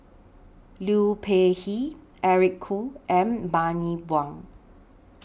Liu Peihe Eric Khoo and Bani Buang